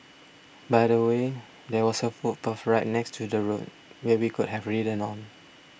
by the way there was a footpath right next to the road where he could have ridden on